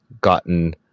gotten